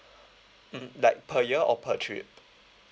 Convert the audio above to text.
mmhmm like per year or per trip